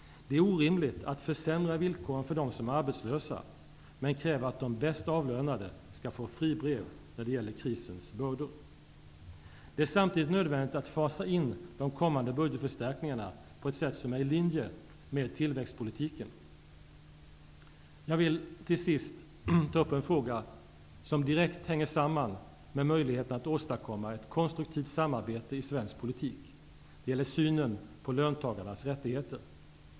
Det är orimligt att försämra villkoren för dem som är arbetslösa, men kräva att de bäst avlönade skall få ''fribrev'' när det gäller krisens bördor. Det är samtidigt nödvändigt att fasa in de kommande budgetförstärkningarna på ett sätt som är linje med tillväxtpolitiken. Jag vill till sist ta upp en fråga som direkt hänger samman med möjligheterna att åstadkomma ett konstruktivt samarbete i svensk politik. Det gäller synen på löntagarnas rättigheter.